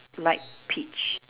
light peach